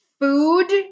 Food